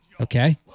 okay